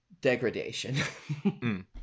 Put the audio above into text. degradation